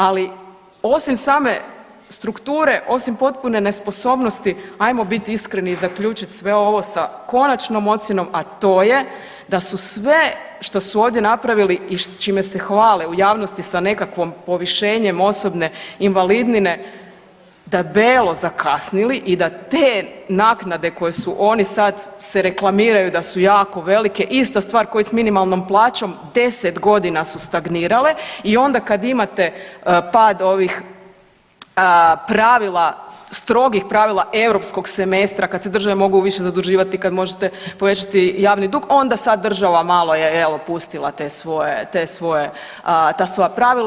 Ali osim same strukture, osim potpune nesposobnosti ajmo bit iskreni i zaključit sve ovo sa konačnom ocjenom, a to je da su sve što su ovdje napravili i čime se hvale u javnosti sa nekakvom povišenjem osobne invalidnine debelo zakasnili i da te naknade koje su oni sad se reklamiraju da su jako velike ista stvar ko i s minimalnom plaćom 10 godina su stagnirale i onda kad imate pad ovih pravila strogih pravila europskog semestra kad se države mogu više zaduživat, kad možete povećati javni dug onda sad država malo je jel pustila te svoje ta svoja pravila.